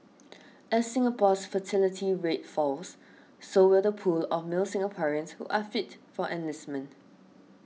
as Singapore's fertility rate falls so will the pool of male Singaporeans who are fit for enlistment